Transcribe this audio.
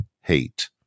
hate